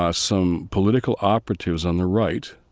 ah some political operatives on the right,